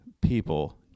people